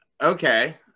okay